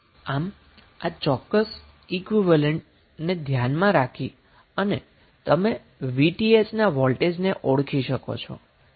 આમ આ ચોક્કસ ઈક્વીવેલેન્સીને ધ્યાનમાં રાખી અને તમે Vth ના વોલ્ટેજને ઓળખી શકો છો